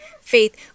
faith